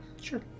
Sure